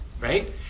right